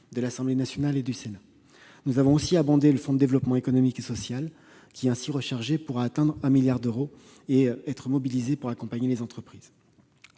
de l'Assemblée nationale et du Sénat. Nous avons abondé le fonds de développement économique et social (FDES). Rechargé pour atteindre 1 milliard d'euros, il sera mobilisé pour accompagner les entreprises.